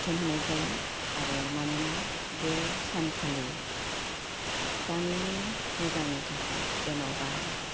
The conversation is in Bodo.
बिथोन होनाय जायो आरो मानोना बे सानखालि गामिनि मोजांनि थाखाय जेनेबा